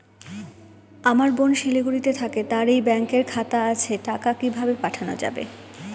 আমার বোন শিলিগুড়িতে থাকে তার এই ব্যঙকের খাতা আছে টাকা কি ভাবে পাঠানো যাবে?